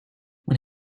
when